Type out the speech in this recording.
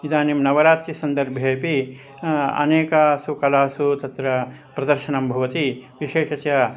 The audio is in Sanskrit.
इदानीं नवरात्रिसन्दर्भेपि अनेकासु कलासु तत्र प्रदर्शनं भवति विशेषस्य